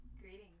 Greetings